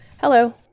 Hello